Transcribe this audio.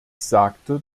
sagte